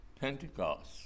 Pentecost